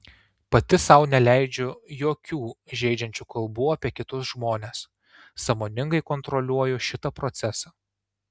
pati sau neleidžiu jokių žeidžiančių kalbų apie kitus žmones sąmoningai kontroliuoju šitą procesą